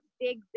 big